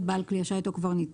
בעל כלי השיט או קברניטו,